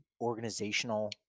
organizational